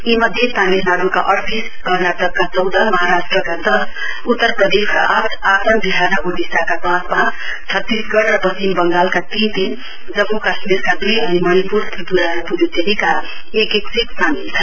यी मध्ये तामिलनाइका अइतीस कर्नाटकका चौध महाराष्ट्रका दस उत्तर प्रदेशका आठ आसाम विहार र ओडिसाका पाँच पाँच छत्तीसगढ़ र पश्चिम बंगालका तीन तीन जम्मू काश्मीरका दुई अनि मणिपुरत्रिपूरा र पुडुचेरीका एक एक सीट सामिल छन्